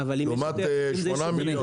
לעומת 8 מיליון,